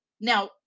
now